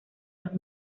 los